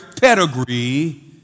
pedigree